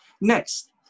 Next